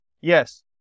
yes